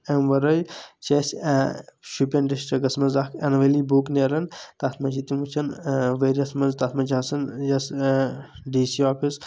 امہِ ورأے چھ اَسہِ شُپین ڈِسٹرکٹس منٛز اکھ اٮ۪نؤلی بُک نیران تَتھ منٛز چھ تِم وٕچھان ؤرۍ یس منٛز تَتھ منٛز چھ آسان یۄس ڈی سی آفِس